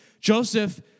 Joseph